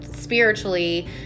spiritually